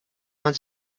man